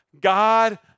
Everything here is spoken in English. God